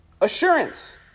Assurance